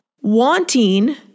Wanting